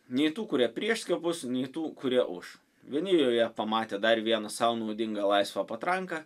nei tų kurie prieš skiepus nei tų kurie už vieni joje pamatė dar vieną sau naudingą laisvą patranką